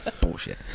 Bullshit